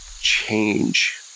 change